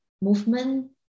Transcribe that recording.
movement